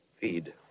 feed